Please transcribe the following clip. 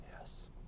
Yes